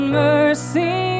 mercy